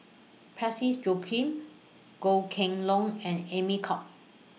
Parsick Joaquim Goh Kheng Long and Amy Khor